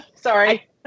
Sorry